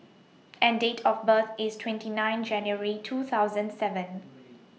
and Date of birth IS twenty nine January two thousand seven